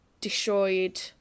destroyed